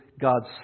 God's